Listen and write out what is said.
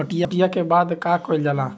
कटिया के बाद का कइल जाला?